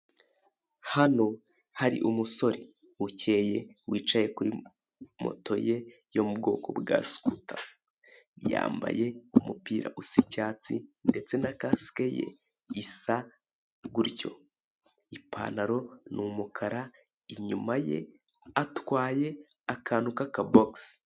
Hano hari umusore ukeye wicaye kuri moto ye yo mu bwoko bwa sikuta, yambaye umupira gusa icyatsi ndetse na kasike ye isa gutyo, ipantaro ni umukara, inyuma ye atwaye akantu kakabogisi.